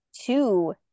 two